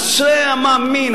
אשרי המאמין,